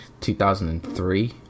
2003